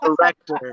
director